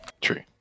True